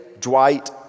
Dwight